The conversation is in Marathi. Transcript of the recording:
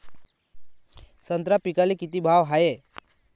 संत्रा पिकाले किती भाव हाये?